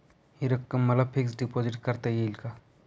हि रक्कम मला फिक्स डिपॉझिट करता येईल का?